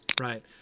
Right